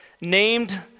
named